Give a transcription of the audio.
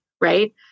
right